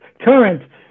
current